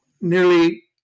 nearly